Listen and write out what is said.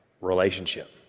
relationship